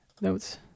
notes